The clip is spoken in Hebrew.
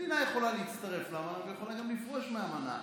מדינה יכולה להצטרף לאמנה ויכולה גם לפרוש מהאמנה.